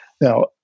Now